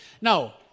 Now